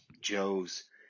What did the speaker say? Joe's